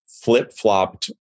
flip-flopped